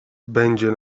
będzie